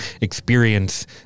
experience